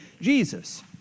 Jesus